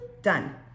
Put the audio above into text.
Done